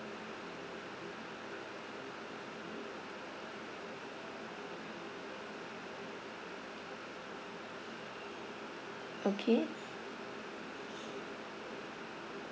okay